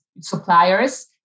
suppliers